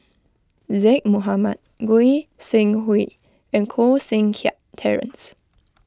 Zaqy Mohamad Goi Seng Hui and Koh Seng Kiat Terence